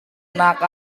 nak